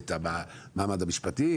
את המעמד המשפטי,